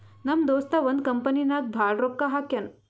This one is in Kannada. ನಮ್ ದೋಸ್ತ ಒಂದ್ ಕಂಪನಿ ನಾಗ್ ಭಾಳ್ ರೊಕ್ಕಾ ಹಾಕ್ಯಾನ್